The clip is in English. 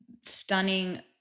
stunning